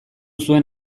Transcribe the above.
zuen